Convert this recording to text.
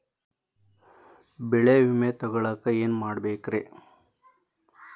ಬೆಳೆ ವಿಮೆ ತಗೊಳಾಕ ಏನ್ ಮಾಡಬೇಕ್ರೇ?